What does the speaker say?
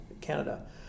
Canada